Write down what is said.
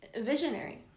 Visionary